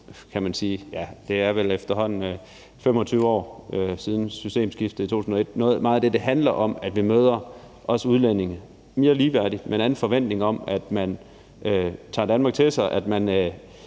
tid er det, siden vi havde systemskiftet i 2001 – og meget af det handler om, at vi møder udlændinge ligeværdigt og med en forventning om, at man tager Danmark til sig, når man